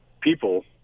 People